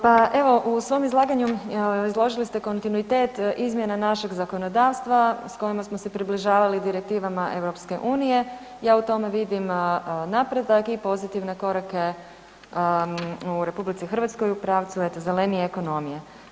Pa evo, u svom izlaganju izložili ste kontinuitet izmjena našeg zakonodavstva s kojima smo se približavali direktivama EU-a, ja u tome vidim napredak i pozitivne korake u RH u pravcu zelenije ekonomije.